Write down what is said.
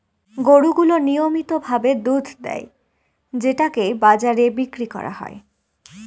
গরু গুলো নিয়মিত ভাবে দুধ দেয় যেটাকে বাজারে বিক্রি করা হয়